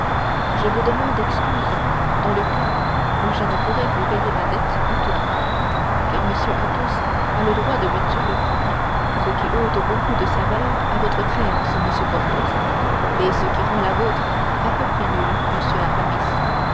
je vous demande excuse dans le cas où je ne pourrais vous payer ma dette à tous trois car m athos a le droit de me tuer le premier ce qui ôte beaucoup de sa valeur à votre créance monsieur porthos et ce qui rend la vôtre à peu près nulle monsieur aramis et